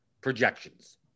projections